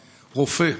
רופא,